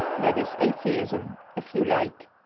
that is atheism, if you like.